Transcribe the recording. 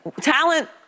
talent